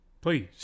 please